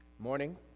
Morning